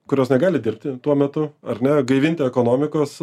kurios negali dirbti tuo metu ar ne gaivinti ekonomikos